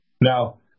Now